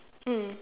mm